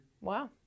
Wow